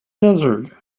desert